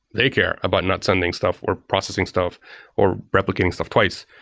they care about not sending stuff or processing stuff or replicating stuff twice.